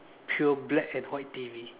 pure black and white T_V